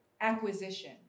acquisition